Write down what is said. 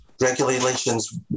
regulations